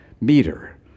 meter